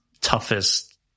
toughest